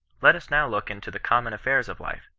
let us now look into the common affairs of life,